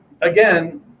again